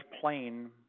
plain